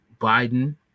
Biden